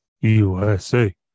USA